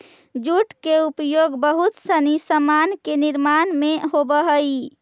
jute के उपयोग बहुत सनी सामान के निर्माण में होवऽ हई